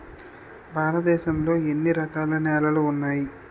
భారతదేశం లో ఎన్ని రకాల నేలలు ఉన్నాయి?